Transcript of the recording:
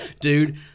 dude